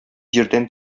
җирдән